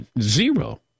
Zero